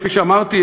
כפי שאמרתי,